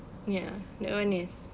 ya that [one] is